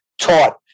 taught